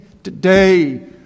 Today